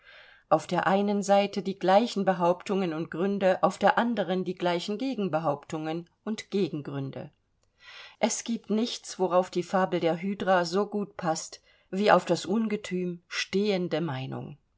auf der einen seite die gleichen behauptungen und gründe auf der anderen die gleichen gegenbehauptungen und gegengründe es gibt nichts worauf die fabel der hydra so gut paßt wie auf das ungetüm stehende meinung